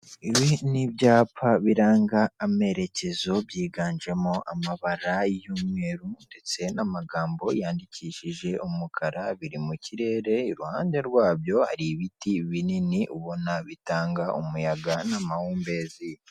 Ibi ni ibyapa biranga amerekezo byiganjemo amabara y'umweru, ndetse n'amagambo yandikishije umukara, biri mu kirere iruhande rwabyo hari ibiti binini ubona bitanga umuyaga n'amahumbezi.